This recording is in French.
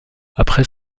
après